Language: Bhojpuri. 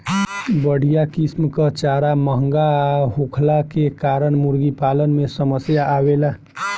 बढ़िया किसिम कअ चारा महंगा होखला के कारण मुर्गीपालन में समस्या आवेला